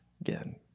again